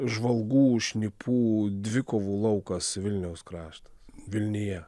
žvalgų šnipų dvikovų laukas vilniaus krašto vilnija